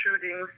shootings